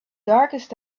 darkest